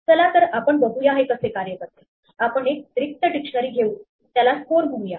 चला तर आपण बघूया हे कसे कार्य करते आपण एक रिक्त डिक्शनरी घेऊ त्याला स्कोर म्हणूया